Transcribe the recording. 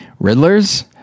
Riddlers